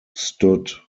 stood